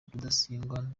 rudasingwa